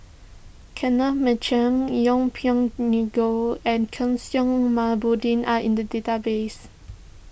Kenneth Mitchell Yeng Pway Ngon and Kishore are in the database